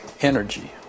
energy